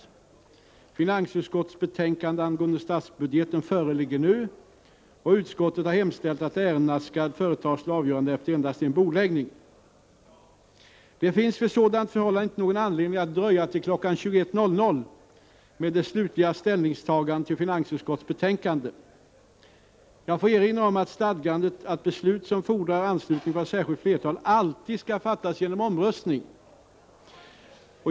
Finansutskottets betänkanden angående statsbudgeten föreligger nu, och utskottet har hemställt att ärendena skall företas till avgörande efter endast en bordläggning. Det finns vid: sådant förhållande inte någon anledning att dröja till kl. 21.00 med det slutliga ställningstagandet till finansutskottets betänkanden. Jag får erinra om stadgandet att beslut som fordrar anslutning från särskilt flertal alltid skall fattas genom omröstning.